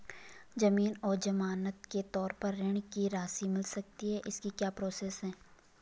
ज़मीन को ज़मानत के तौर पर ऋण की राशि मिल सकती है इसकी क्या प्रोसेस है?